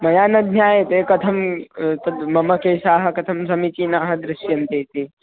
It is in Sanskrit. मया न ज्ञायते कथं तद् मम केशाः कथं समीचीनाः दृश्यन्ते इति